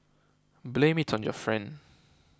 blame it on your friend